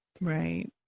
Right